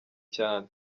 cyane